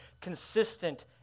consistent